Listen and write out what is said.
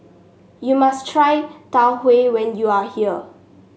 you must try Tau Huay when you are here